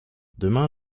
demain